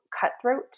cutthroat